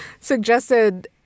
Suggested